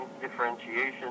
differentiation